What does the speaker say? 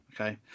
okay